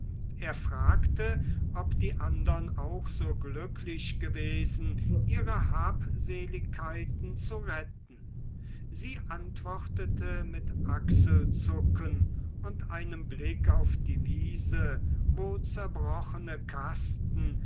er fragte ob die andern auch so glücklich gewesen ihre habseligkeiten zu retten sie antwortete mit achselzucken und einem blick auf die wiese wo zerbrochene kasten